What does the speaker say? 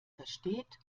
versteht